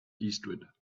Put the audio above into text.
eastward